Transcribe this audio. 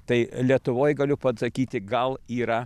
tai lietuvoj galiu pasakyti gal yra